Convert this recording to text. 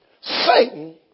Satan